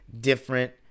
different